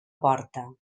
porta